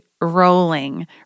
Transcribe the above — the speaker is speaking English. rolling